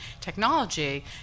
technology